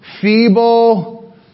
feeble